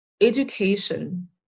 education